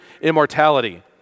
immortality